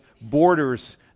borders